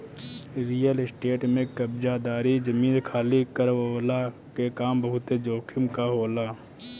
real estate में कब्ज़ादारी, जमीन खाली करववला के काम बहुते जोखिम कअ होला